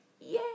Yay